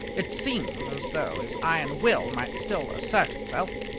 it seemed as though his iron will might still assert itself,